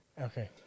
Okay